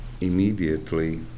immediately